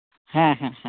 ᱦᱮᱸ ᱦᱮᱸ ᱦᱮ ᱸ